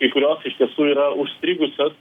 kai kurios iš tiesų yra užstrigusios